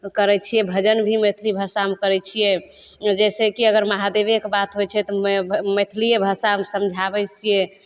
करै छियै भजन भी मैथिली भाषामे करै छियै जैसे कि अगर महादेबे कऽ बात होय छै तऽ मैथिलिए भाषामे समझाबै छियै